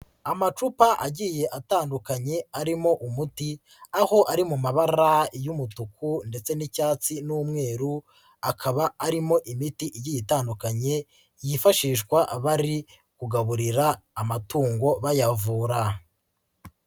Amacupa agiye atandukanye arimo umuti, aho ari mu mabara y'umutuku ndetse n'icyatsi n'umweru akaba arimo imiti igiye itandukanye yifashishwa bari kugaburira amatungo bayavura.